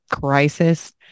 crisis